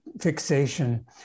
fixation